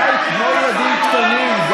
כמו ילדים קטנים.